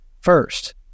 first